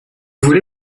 voulez